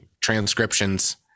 transcriptions